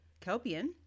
kelpian